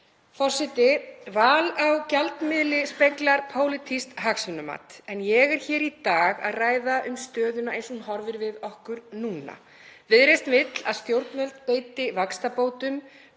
Forseti. Val á gjaldmiðli speglar pólitískt hagsmunamat en ég er hér í dag að ræða um stöðuna eins og hún horfir við okkur núna. Viðreisn vill að stjórnvöld beiti vaxtabótum,